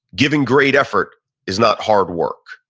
giving great effort is not hard work.